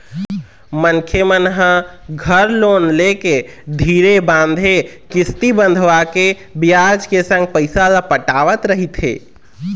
मनखे मन ह घर लोन लेके धीरे बांधे किस्ती बंधवाके बियाज के संग पइसा ल पटावत रहिथे